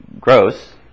gross